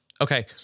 Okay